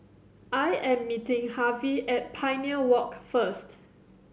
I am meeting Harvy at Pioneer Walk first